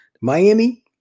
Miami